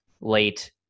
late